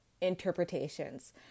interpretations